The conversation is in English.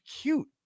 cute